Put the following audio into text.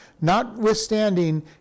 notwithstanding